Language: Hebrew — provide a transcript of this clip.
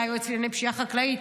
היה יועץ לענייני פשיעה חקלאית,